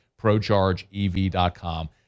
ProChargeEV.com